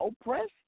oppressed